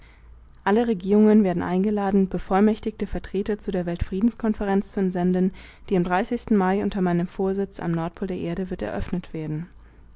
alle regierungen werden eingeladen bevollmächtigte vertreter zu der weltfriedenskonferenz zu entsenden die am mai unter meinem vorsitz am nordpol der erde wird eröffnet werden